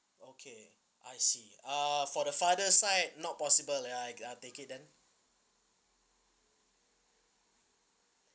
okay I see uh for the father side not possible like uh take it then